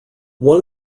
one